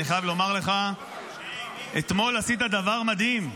אני חייב לומר לך שאתמול עשית דבר מדהים,